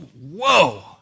Whoa